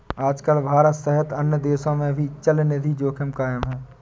आजकल भारत सहित अन्य देशों में भी चलनिधि जोखिम कायम है